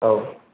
औ